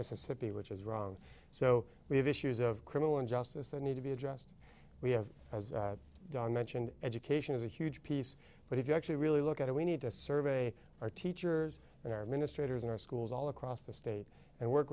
mississippi which is wrong so we have issues of criminal injustice that need to be addressed we have as don mentioned education is a huge piece but if you actually really look at it we need to survey our teachers and administrators in our schools all across the state and work